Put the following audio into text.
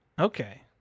Okay